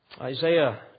Isaiah